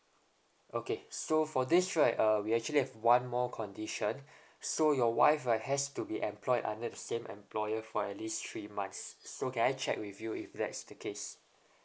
okay so for this right uh we actually have one more condition so your wife right has to be employed under the same employer for at least three months so can I check with you if that's the case